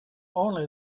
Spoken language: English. only